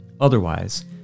Otherwise